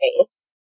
face